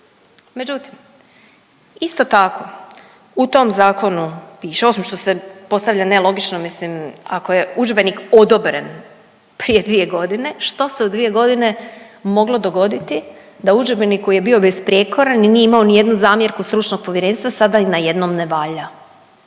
Međutim, isto tako u tom zakonu piše, osim što se postavlja nelogično mislim ako je udžbenik odobren prije dvije godine, što se u dvije godine moglo dogoditi da udžbenik koji je bio besprijekoran, nije imao ni jednu zamjerku stručnog povjerenstva sada na jednom ne valja.